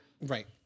right